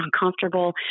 uncomfortable